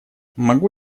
могу